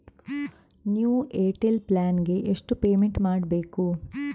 New Airtel plan ಗೆ ಎಷ್ಟು payment ಮಾಡ್ಬೇಕು?